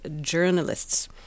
journalists